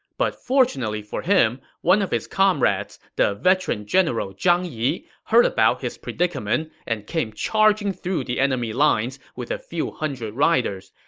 but fortunately for him, one of his comrades, the veteran general zhang yi, heard about his predicament and came charging through the enemy lines with a few hundred riders.